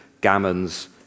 gammons